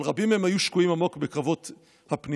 אבל רבים מהם היו שקועים עמוק בקרבות הפנימיים.